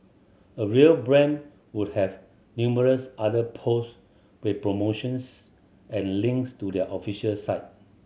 a real brand would have numerous other posts with promotions and links to their official site